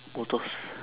motors